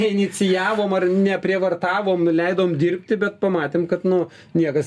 neinicijavom ar neprievartavom leidom dirbti bet pamatėm kad nu niekas